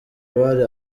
abari